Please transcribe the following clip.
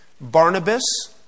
Barnabas